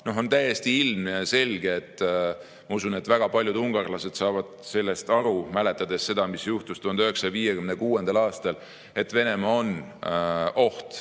On täiesti ilmne ja selge – ma usun, et väga paljud ungarlased saavad sellest aru, mäletades seda, mis juhtus 1956. aastal –, et Venemaa on oht